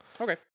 Okay